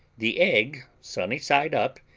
the egg, sunny side up,